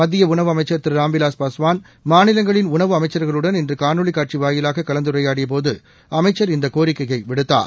மத்திய உணவு அமைச்ச் திரு ராம்விலாஸ் பாஸ்வான் மாநிலங்களின் உணவு அமைச்ச்களுடன் இன்று காணொலி காட்சி வாயிலாக கலந்துரையாடியபோது அமைச்சர் இந்த கோரிக்கையை விடுத்தார்